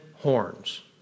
horns